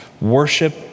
Worship